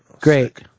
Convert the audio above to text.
Great